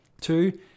Two